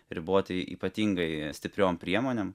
riboti ypatingai stipriom priemonėm